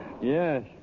Yes